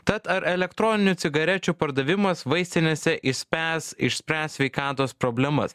tad ar elektroninių cigarečių pardavimas vaistinėse išspęs išspręs sveikatos problemas